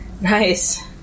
Nice